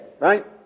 right